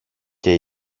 και